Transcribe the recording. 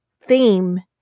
theme